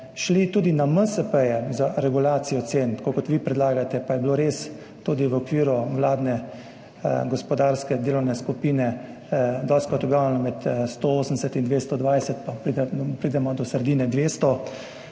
šli tudi pri MSP na regulacijo cen, tako kot vi predlagate, pa je bilo res tudi v okviru vladne gospodarske delovne skupine dostikrat objavljeno, med 180 in 220, pa preden pridemo do sredine 200,